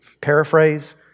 paraphrase